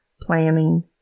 planning